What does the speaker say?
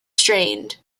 strained